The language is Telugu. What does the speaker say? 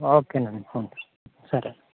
ఓకే అండి ఉంటాను సరే